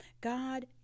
God